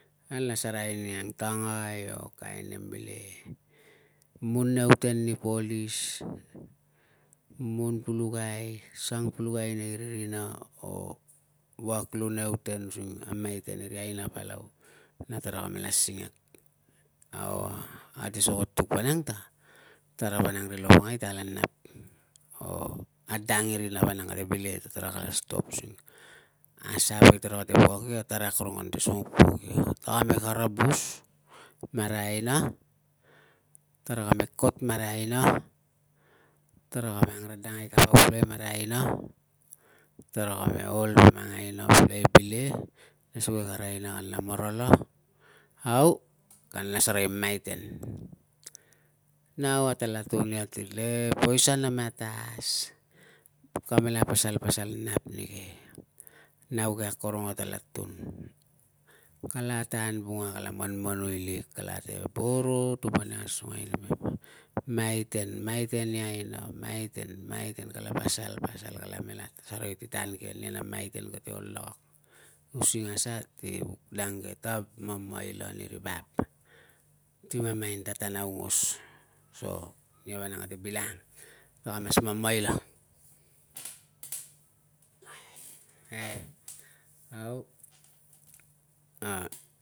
Kanla asereai ni antangai o kain nem bileie, mun nei uten ni police, mun pulukai, sang pulukai nei rina o wuak lu nei uten using a maiten i ri aina palau na tara ka mela singak. Au, a, ate sokotuk vanang ta tara vanang ri lovongai, tara la nap o a dang i rina vanang kate bileie ta tara kala stop using a sa woe tarakate wuak ia, tara akorong anti sunguk pok ia. Taka me karabus marai aina, tara kame kot marai aina, tara ka me angradangeai kapa pulakai marai aina, tara ka me ol ve mang aina pulukai bileie. Nesuge kara aina kanla marala, au, kanla sarai maiten. Nau atela tun ia le ti poisa na matas, kamela pasal, pasal nap nike, nau ke akorong atela tun. Kala tan vunga kala manmanuai lik, kala te boro tuman i asungai i maiten, maiten i aina, maiten, maiten kala pasal, pasal, kala mela sarai ti tan ke nia na maiten kate ol lakak using asa, ti dang ke, tab mamaila ni ri vap ti mamain ta tan aungos. So nia vanang, kate bilangang. Taka mas mamaila au, a